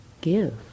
give